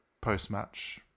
post-match